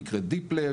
נקראת דיפלב,